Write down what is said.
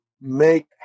make